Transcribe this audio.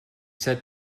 said